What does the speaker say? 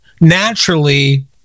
naturally